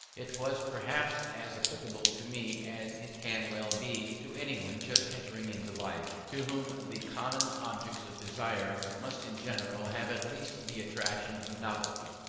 it was perhaps as applicable to me as it can well be to anyone just entering into life, to whom the common objects of desire must in general have at least the attraction of novelty.